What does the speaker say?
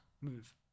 move